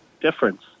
difference